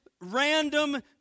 random